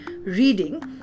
reading